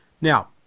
Now